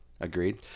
agreed